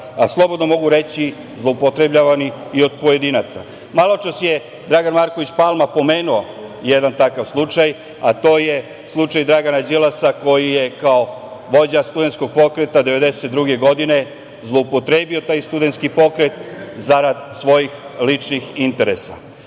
a slobodno mogu reći, zloupotrebljavani i od pojedinaca. Maločas je Dragan Marković Palma pomenuo jedan takav slučaj, a to je slučaj Dragana Đilasa, koji je kao vođa studentskog pokreta 1992. godine zloupotrebio taj studentski pokret zarad svojih ličnih interesa.S